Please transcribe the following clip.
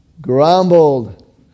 Grumbled